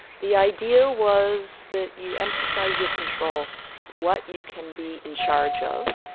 the idea was that you emphasised your control what you can be in charge of,